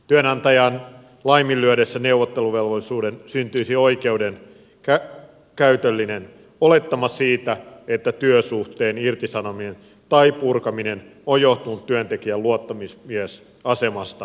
työnantajan laiminlyödessä neuvotteluvelvollisuuden syntyisi oikeudenkäytöllinen olettama siitä että työsuhteen irtisanominen tai purkaminen on johtunut työntekijän luottamusmiesasemasta